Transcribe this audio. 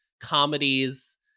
comedies